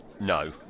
no